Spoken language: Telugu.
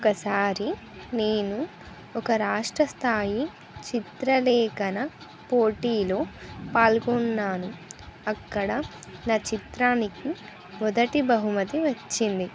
ఒకసారి నేను ఒక రాష్ట్ర స్థాయి చిత్రలేఖన పోటీలో పాల్గొన్నాను అక్కడ నా చిత్రానికి మొదటి బహుమతి వచ్చింది